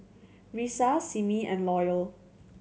Risa Simmie and Loyal